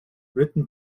written